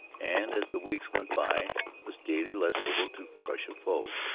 and as the weeks went by was daily less able to crush a foe.